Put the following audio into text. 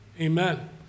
amen